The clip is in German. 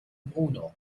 bruno